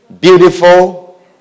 Beautiful